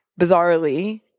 bizarrely